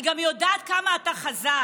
אני גם יודעת כמה אתה חזק.